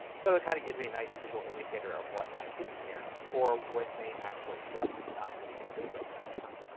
so it kind of gives me a nice visual indicator of what i have hidden here or what may actually just not have any windows open at the time.